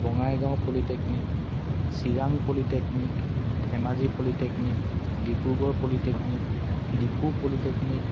Bongaigaon polytechnic Chirang polytechnic Dhemaji polytechnic Dibrugarh polytechnic Diphu polytechnic